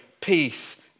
peace